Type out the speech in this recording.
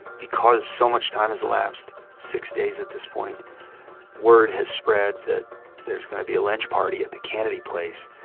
because so much time has elapsed six days at this point word has spread that there's going to be a lynch party at the cannady place.